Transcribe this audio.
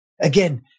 Again